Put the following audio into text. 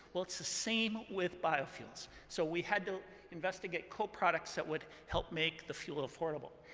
well, it's the same with biofuels. so we had to investigate coproducts that would help make the fuel affordable.